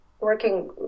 working